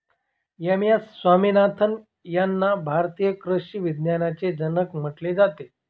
M S Swaminathan यांना भारतीय कृषी विज्ञानाचे जनक म्हटले जाते